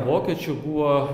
vokiečių buvo